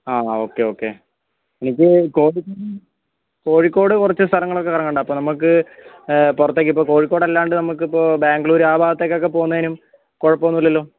ആ okay okay എനിക്ക് കോഴിക്കോട് കുറച്ച് സ്ഥലങ്ങളൊക്കെ കറങ്ങാൻ ഉണ്ട് അപ്പോൾ നമുക്ക് പുറത്തേക്ക് കോഴിക്കോടല്ലാണ്ട് നമുക്കിപ്പോൾ ബാംഗ്ലൂർ ആ ഭാഗത്തേക്കൊക്കെ പോകുന്നതിനും കുഴപ്പമൊന്നുമില്ലല്ലോ